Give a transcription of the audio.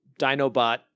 Dinobot